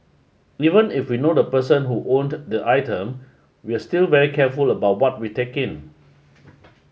even if we know the person who owned the item we're still very careful about what we take in